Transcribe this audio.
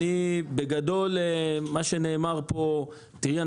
תראי,